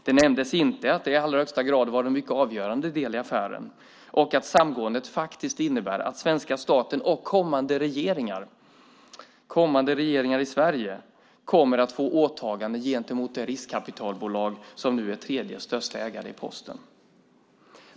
Det nämndes inte att det i allra högsta grad var en mycket avgörande del i affären och att samgåendet innebär att svenska staten och kommande regeringar i Sverige kommer att få åtaganden gentemot det riskkapitalbolag som är den tredje största ägaren i Posten.